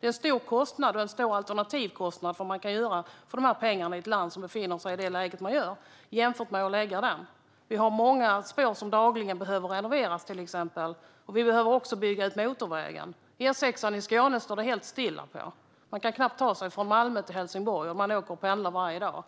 Det är en stor kostnad och en stor alternativkostnad för vad som kan göras i ett land som befinner sig i det läge man gör, om man jämför. Vi har många spår som dagligen behöver renoveras till exempel, och vi behöver också bygga ut motorvägen. På E6:an i Skåne står det helt stilla. Man kan knappt ta sig från Malmö till Helsingborg om man åker eller pendlar varje dag.